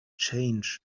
change